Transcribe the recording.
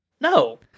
No